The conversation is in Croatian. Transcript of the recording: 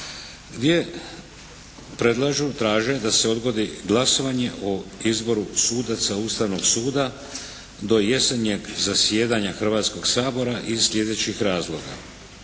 gdje predlažu, traže da se odgodi glasovanje o izboru sudaca Ustavnog suda do jesenjeg zasjedanja Hrvatskog sabora iz slijedećih razloga